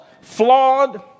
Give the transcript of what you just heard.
flawed